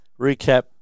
recap